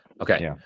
Okay